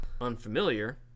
unfamiliar